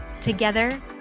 Together